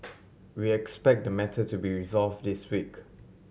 we expect the matter to be resolve this week